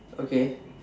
okay